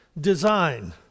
design